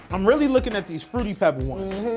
i'm really looking at these fruity pebble ones.